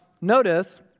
notice